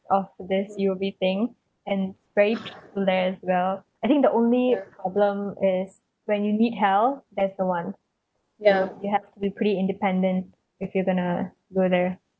of this U_O_B thing and very clueless as well I think the only problem is when you need help that's the one you have to be pretty independent if you're gonna go there